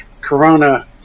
Corona